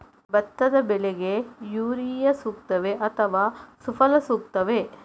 ಭತ್ತದ ಬೆಳೆಗೆ ಯೂರಿಯಾ ಸೂಕ್ತವೇ ಅಥವಾ ಸುಫಲ ಸೂಕ್ತವೇ?